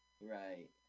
Right